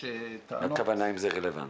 מה הכוונה אם זה רלוונטי?